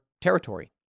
territory